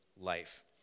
life